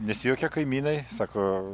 nesijuokia kaimynai sako